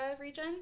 region